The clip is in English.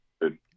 good